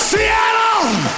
Seattle